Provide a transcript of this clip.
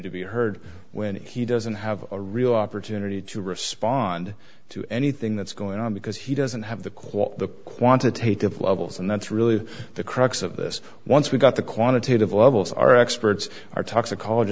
to be heard when he doesn't have a real opportunity to respond to anything that's going on because he doesn't have the quote the quantitative levels and that's really the crux of this once we've got the quantitative levels our experts are toxicolog